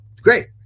great